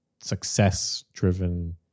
success-driven